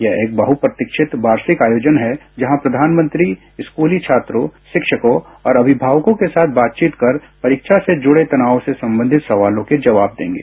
यह एक बहप्रतीक्षित वार्षिक आयोजन है जहां प्रधानमंत्री स्कली छात्रों शिक्षकों और अभिभावकों के साथ बातचीत कर परीक्षा से जुडे तनाव से संबंधित सवालों के जवाब देंगे